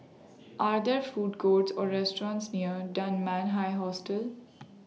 Are There Food Courts Or restaurants near Dunman High Hostel